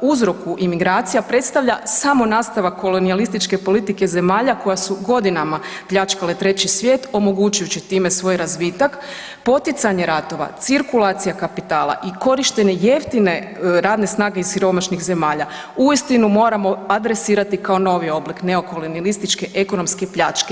uzroku imigracija predstavlja samo nastavak kolonijalističke politike zemalja koja su godinama pljačkale treći svijet omogućujući time svoj razvitak, poticanje ratova, cirkulacija kapitala i korištenje jeftine radne snage iz siromašnih zemalja uistinu moramo adresirati kao novi oblik neokolonijalističke ekonomske pljačke.